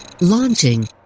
Launching